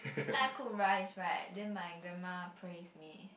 that time I cook rice right then my grandma praise me